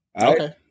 Okay